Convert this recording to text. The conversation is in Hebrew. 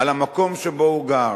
על המקום שבו הוא גר.